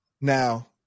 now